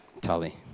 Tully